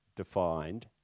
Defined